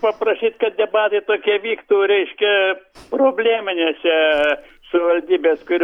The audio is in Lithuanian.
paprašyti kad debatai tokie vyktų reiškia probleminėse savivaldybės kur